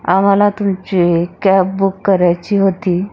आम्हाला तुमची cab book करायची होती